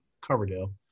Coverdale